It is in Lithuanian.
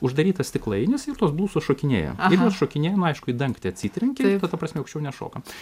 uždarytas stiklainis ir tos blusos šokinėja ir tos šokinėja nu aišku į dangtį atsitrenkia ir ta prasme aukščiau nešoka